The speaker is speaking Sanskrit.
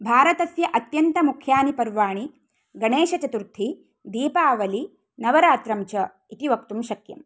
भारतस्य अत्यन्त मुख्यानि पर्वाणि गणेशचतुर्थी दीपावली नवरात्रञ्च इति वक्तुं शक्यम्